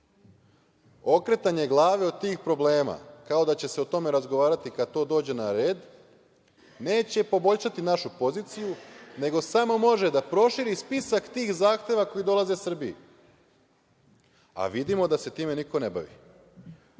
EU.Okretanje glave od tih problema, kao da će se o tome razgovarati kada to dođe na red, neće poboljšati našu poziciju, nego samo može da proširi spisak tih zahteva koji dolaze Srbiji. A vidimo da se time niko ne